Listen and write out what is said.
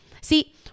See